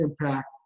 impact